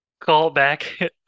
callback